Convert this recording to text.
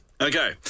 okay